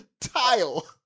tile